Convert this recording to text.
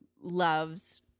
loves